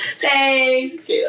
Thanks